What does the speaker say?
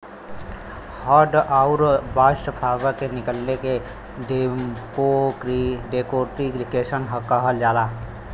hurd आउर bast fibre के निकले के डेकोर्टिकेशन कहल जाला